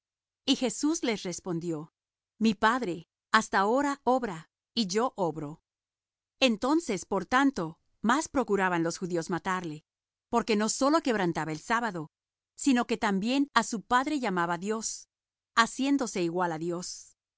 y jesús les respondió mi padre hasta ahora obra y yo obro entonces por tanto más procuraban los judíos matarle porque no sólo quebrantaba el sábado sino que también á su padre llamaba dios haciéndose igual á dios